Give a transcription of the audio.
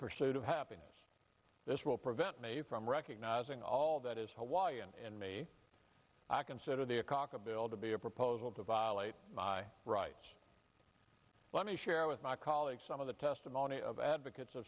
pursuit of happiness this will prevent me from recognizing all that is why you and me i consider the akaka bill to be a proposal to violate my rights let me share with my colleagues some of the testimony of advocates